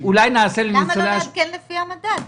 למה לא לעדכן לפי המדד משפטית?